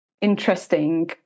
interesting